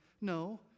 No